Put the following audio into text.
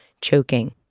Choking